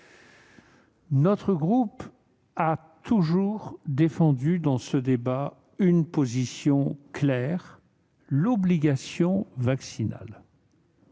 notre groupe a toujours défendu dans ce débat une position claire : l'obligation vaccinale.